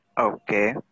Okay